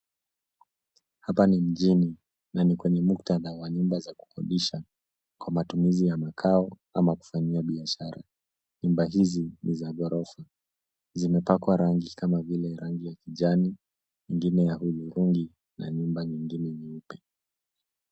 Hapa ni mjini, na ni kwenye muktadha wa nyumba za kukodisha kwa matumizi ya makao ama kufanyia biashara. Nyumba hizi ni za ghorofa. Zimepakwa rangi kama vile kijani, ingine ya hudhurungi na nyumba nyingine nyeupe.